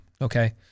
Okay